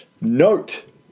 Note